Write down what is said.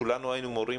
כולנו היינו מורים,